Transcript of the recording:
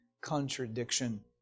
contradiction